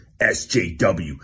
SJW